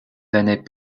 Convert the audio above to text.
venait